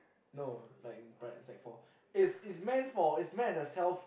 no like in pri~ in sec four it's meant for it's meant as a self